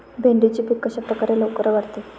भेंडीचे पीक कशाप्रकारे लवकर वाढते?